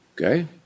okay